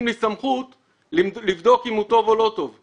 לי סמכות לבדוק אם הוא טוב או לא טוב,